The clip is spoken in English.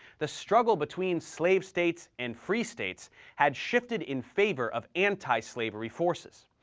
the struggle between slave states and free states had shifted in favor of anti-slavery forces.